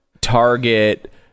target